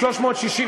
360,